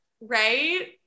right